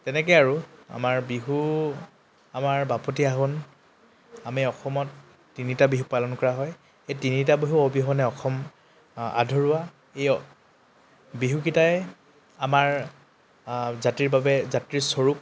তেনেকৈ আৰু আমাৰ বিহু আমাৰ বাপতি সাহন আমি অসমত তিনিটা বিহু পালন কৰা হয় এই তিনিটা বিহু অবিহনে অসম অ আধৰুৱা এই বিহুকেইটাই আমাৰ অ জাতিৰ বাবে জাতিৰ স্বৰূপ